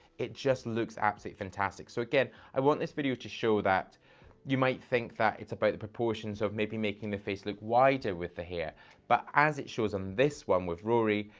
it just looks absolutely so fantastic. so again, i want this video to show that you might think that it's about the proportions of maybe making the face look wider with the hair, but as it shows on this one with rory,